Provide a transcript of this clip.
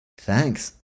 Thanks